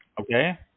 okay